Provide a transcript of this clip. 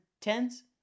tens